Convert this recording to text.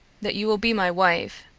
that you will be my wife,